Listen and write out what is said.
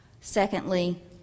Secondly